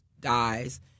dies